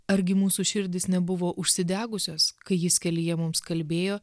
argi mūsų širdys nebuvo užsidegusios kai jis kelyje mums kalbėjo